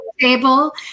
table